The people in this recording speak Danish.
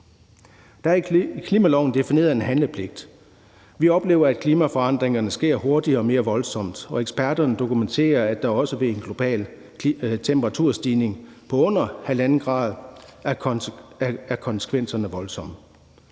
Der er i klimaloven defineret en handlepligt. Vi oplever, at klimaforandringerne sker hurtigere og mere voldsomt, og eksperterne dokumenterer, at også ved en global temperaturstigning på under 1,5 grader er konsekvenserne voldsomme.